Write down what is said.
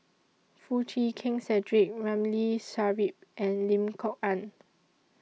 Foo Chee Keng Cedric Ramli Sarip and Lim Kok Ann